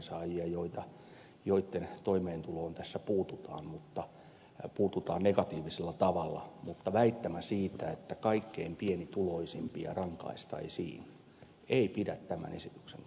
on eläkkeensaajia joitten toimeentuloon tässä puututaan puututaan negatiivisella tavalla mutta se väittämä että kaikkein pienituloisimpia rankaistaisiin ei pidä tämän esityksen kohdalla paikkaansa